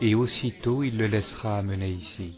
et aussitôt il le laissera amener ici